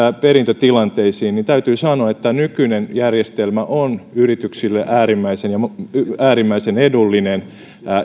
perintötilanteisiin niin täytyy sanoa että nykyinen järjestelmä on yrityksille äärimmäisen edullinen